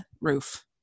roof